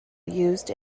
used